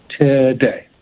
today